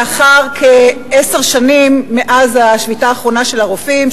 לאחר כעשר שנים מאז השביתה האחרונה של הרופאים,